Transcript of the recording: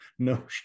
no